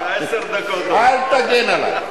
אל תגן עלי.